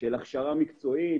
של הכשרה מקצועית,